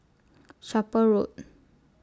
Chapel Road